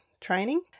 training